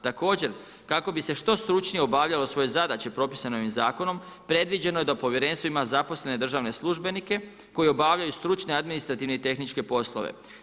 Također, kako bise što stručnije obavljalo svoje zadaće propisane ovim zakonom, predviđeno je da povjerenstvo ima zaposlene državne službenike koji obavljaju stručne, administrativne i tehničke poslove.